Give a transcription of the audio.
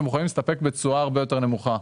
שמוכנים להסתפק בתשואה הרבה יותר נמוכה.